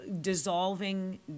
dissolving